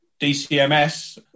dcms